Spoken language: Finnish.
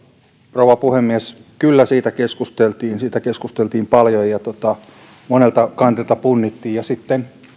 rouva puhemies kyllä siitä keskusteltiin siitä keskusteltiin paljon ja sitä monelta kantilta punnittiin ja sitten